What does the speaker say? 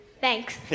Thanks